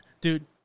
Dude